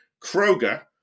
Kroger